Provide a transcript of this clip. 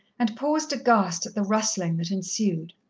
and paused aghast at the rustling that ensued.